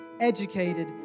educated